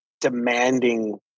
demanding